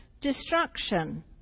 destruction